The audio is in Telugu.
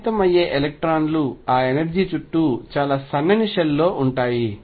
ప్రభావితం అయ్యే ఎలక్ట్రాన్లు ఆ ఎనర్జీ చుట్టూ చాలా సన్నని షెల్లో ఉంటాయి